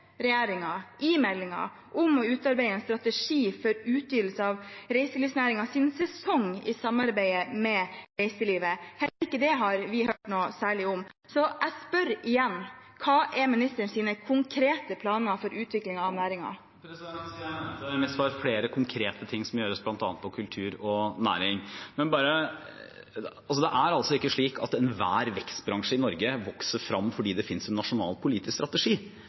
vi hørt noe særlig om. Jeg spør igjen: Hva er ministerens konkrete planer for utviklingen av næringen? Jeg nevnte i mitt svar flere konkrete ting som gjøres bl.a. innen kultur og næring. Det er altså ikke slik at enhver vekstbransje i Norge vokser fram fordi det finnes en nasjonal politisk strategi.